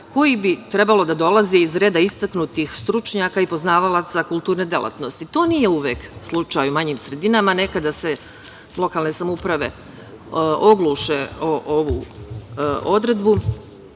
koji bi trebalo da dolaze iz redova istaknutih stručnjaka i poznavalaca kulturne delatnosti. To nije uvek slučaj u manjim sredinama. Nekada se lokalne samouprave ogluše o ovu odredbu